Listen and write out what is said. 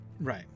right